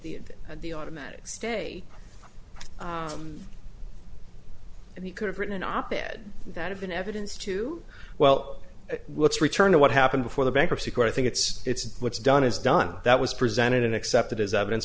of the automatic stay and you could have written an op ed that have been evidence to well let's return to what happened before the bankruptcy court i think it's it's what's done is done that was presented and accepted as evidence